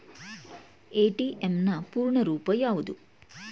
ATM ನ ಪೂರ್ಣ ರೂಪ ಯಾವುದು?